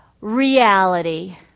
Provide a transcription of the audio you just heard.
reality